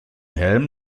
helm